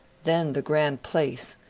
then the grand place,